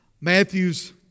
Matthew's